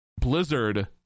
Blizzard